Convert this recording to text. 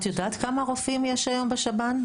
את יודעת כמה רופאים יש היום בשב"ן?